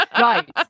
Right